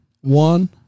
One